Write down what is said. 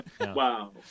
Wow